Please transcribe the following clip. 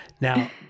Now